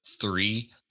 three